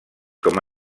com